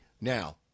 Now